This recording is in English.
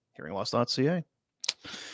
Hearingloss.ca